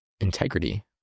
integrity